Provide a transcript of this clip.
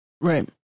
Right